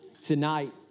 tonight